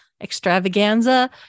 extravaganza